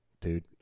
dude